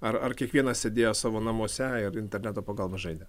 ar ar kiekvienas sėdėjo savo namuose ir interneto pagalba žaidė